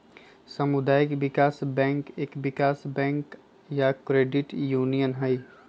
सामुदायिक विकास बैंक एक विकास बैंक या क्रेडिट यूनियन हई